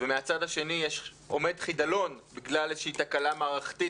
ומהצד השני עומד חידלון בגלל איזושהי תקלה מערכתית,